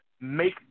make